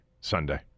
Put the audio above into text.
Sunday